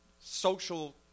social